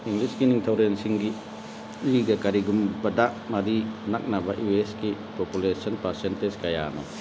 ꯏꯪꯂꯤꯁꯀꯤ ꯅꯤꯡꯊꯧꯔꯦꯜꯁꯤꯡꯒꯤ ꯏꯒ ꯀꯔꯤꯒꯨꯝꯕꯗ ꯃꯔꯤ ꯅꯛꯅꯕ ꯌꯨ ꯑꯦꯁꯀꯤ ꯄꯣꯄꯨꯂꯦꯁꯟ ꯄꯥꯔꯁꯦꯟꯇꯦꯖ ꯀꯌꯥꯅꯣ